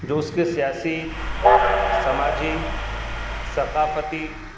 جو اس کے سیاسی سماجی ثقافتی